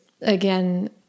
Again